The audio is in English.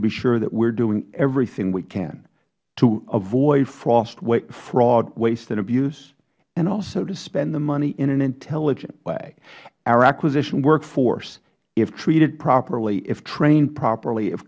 to be sure that we doing everything that we can to avoid fraud waste and abuse and also to spend the money in an intelligent way our acquisition workforce if treated properly if trained properly if